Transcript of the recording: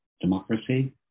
democracy